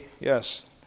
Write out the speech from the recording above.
yes